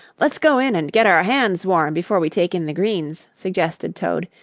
let's go in and get our hands warm before we take in the greens, suggested toad,